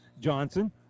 Johnson